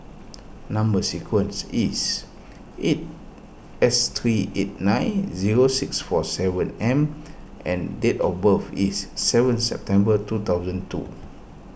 Number Sequence is eight S three eight nine zero six four seven M and date of birth is seven September two thousand two